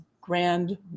grand